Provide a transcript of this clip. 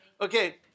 Okay